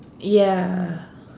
ya